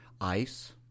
Ice